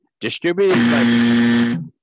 Distributed